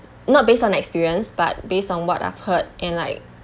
not based on experience but based on what I've heard in like